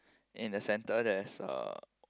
in the center there is a